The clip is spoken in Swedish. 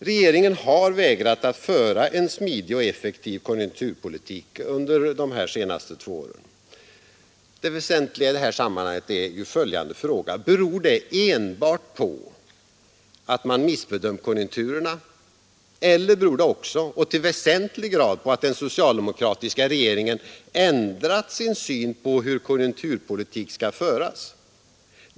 Regeringen har vägrat föra en smidig och effektiv konjunkturpolitik under de senaste två åren. Det väsentliga i detta sammanhang är följande fråga: Beror det enbart på att man missbedömt konjunkturerna eller beror det också — och till väsentlig grad — på att den socialdemokratiska regeringen ändrat sin syn på hur konjunkturpolitik skall föras?